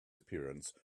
appearance